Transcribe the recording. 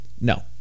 No